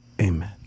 Amen